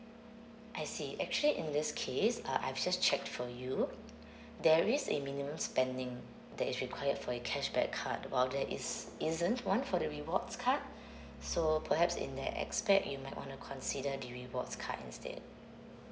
I see actually in this case uh I've just checked for you there is a minimum spending that is required for your cashback card while there is~ isn't one for the rewards card so perhaps in that aspect you might want to consider the rewards card instead